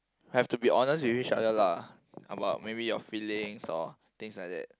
have to be honest with each other lah about maybe your feelings or things like that